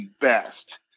best